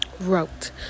wrote